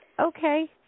okay